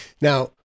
Now